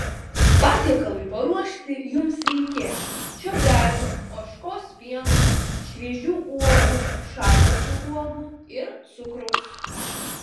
patiekalui paruošti jums reikės čiobrelių ožkos pieno šviežių uogų šaldytų uogų ir cukraus